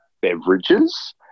beverages